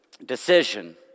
decision